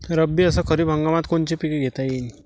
रब्बी अस खरीप हंगामात कोनचे पिकं घेता येईन?